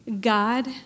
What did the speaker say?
God